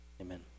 amen